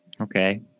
Okay